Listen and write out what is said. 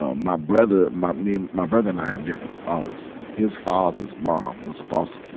ah my brother, my, me and, my brother and i have different fathers. and his father's mom was a foster ki,